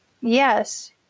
yes